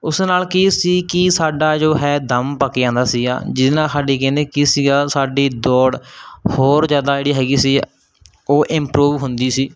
ਉਸ ਨਾਲ ਕੀ ਸੀ ਕਿ ਸਾਡਾ ਜੋ ਹੈ ਦਮ ਪੱਕ ਜਾਂਦਾ ਸੀਗਾ ਜਿਹਦੇ ਨਾਲ ਸਾਡੀ ਕਹਿੰਦੇ ਕੀ ਸੀਗਾ ਸਾਡੀ ਦੌੜ ਹੋਰ ਜ਼ਿਆਦਾ ਜਿਹੜੀ ਹੈਗੀ ਸੀ ਉਹ ਇਮਪਰੂਵ ਹੁੰਦੀ ਸੀ